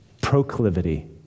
proclivity